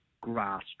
grass